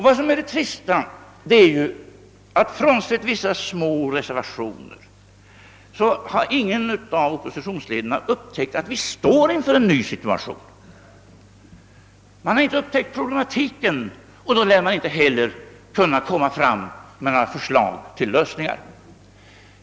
Det är trist att — frånsett vissa små reservationer — ingen av oppositionsledarna har upptäckt att vi står inför en ny situation. De har inte varseblivit problematiken och lär då inte heller kunna lägga fram några förslag till lösningar.